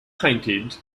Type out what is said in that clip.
painted